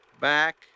Back